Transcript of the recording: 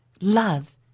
love